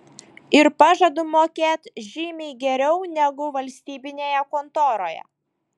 ir pažadu mokėt žymiai geriau negu valstybinėje kontoroje